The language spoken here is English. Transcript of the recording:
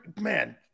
Man